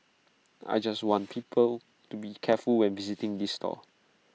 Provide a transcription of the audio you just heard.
I just want people to be careful when visiting this stall